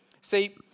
See